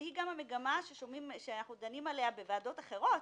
שהיא גם המגמה שאנחנו דנים עליה בוועדות אחרות,